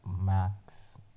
max